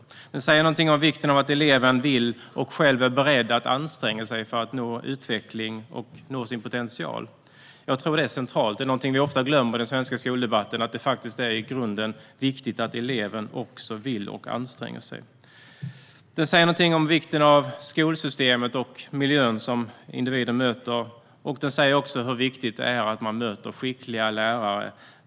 Bilden säger någonting om vikten av att eleven vill och själv är beredd att anstränga sig för utvecklas och nå sin potential. Jag tror att det är centralt och någonting som vi ofta glömmer i skoldebatten. Det är faktiskt i grunden viktigt att eleven också vill och anstränger sig. Bilden säger något om vikten av skolsystemet och miljön som individen möter, och den säger också hur viktigt det är man möter skickliga lärare.